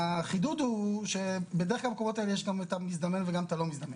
החידוד הוא שבדרך כלל במקומות האלה יש את המזדמן וגם את הלא מזדמן.